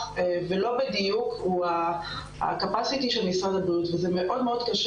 ולא בדיוק הוא הקפאסיטי של משרד הבריאות וזה מאוד מאוד קשה